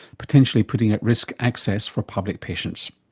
potentially putting at risk access for public patients.